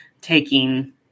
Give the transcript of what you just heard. taking